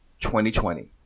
2020